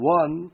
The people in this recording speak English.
one